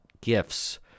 gifts